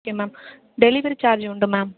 okay ma'am delivery charge உண்டு ma'am